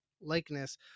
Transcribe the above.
likeness